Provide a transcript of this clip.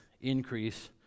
increase